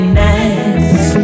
nice